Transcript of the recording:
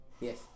Yes